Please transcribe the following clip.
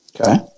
Okay